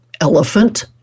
elephant